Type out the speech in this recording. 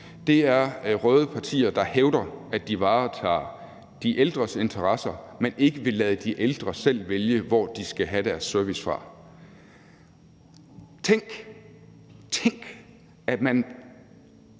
er røde partier, der hævder, at de varetager de ældres interesser, men ikke vil lade de ældre selv vælge, hvor de skal have deres service fra. Tænk, at man